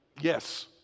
Yes